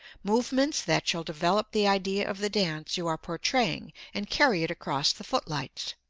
movements that shall develop the idea of the dance you are portraying and carry it across the footlights.